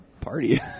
party